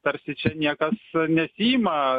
tarsi čia niekas nesiima